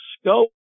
scope